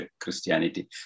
Christianity